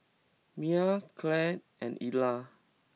Miah Claud and Eola